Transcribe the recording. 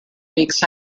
weeks